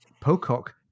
Pocock